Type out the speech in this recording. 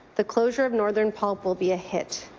the closure of northern public will be a hit.